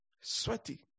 Sweaty